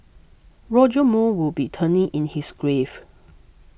Roger Moore would be turning in his grave